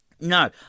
no